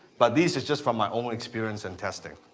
but these is just from my own experience and testing.